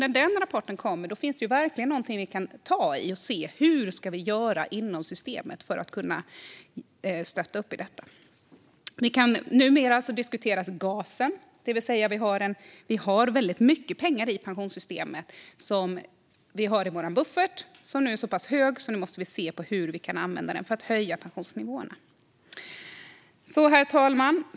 När den rapporten kommer finns det verkligen något vi kan ta i och se hur vi ska göra inom systemet för att stötta upp i detta. Numera diskuteras gasen. Vi har alltså väldigt mycket pengar i pensionssystemet. Vår buffert är nu så pass stor att vi måste se hur vi kan använda den för att höja pensionsnivåerna. Herr talman!